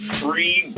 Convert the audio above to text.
free